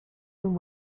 and